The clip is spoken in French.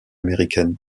américaine